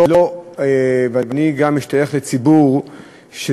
ואני גם משתייך לציבור הזה,